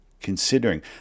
considering